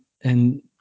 and-